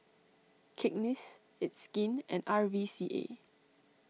Cakenis It's Skin and R V C A